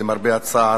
למרבה הצער,